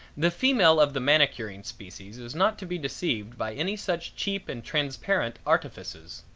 the female of the manicuring species is not to be deceived by any such cheap and transparent artifices.